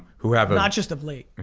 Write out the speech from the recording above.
who have a not just of late,